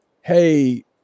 Hey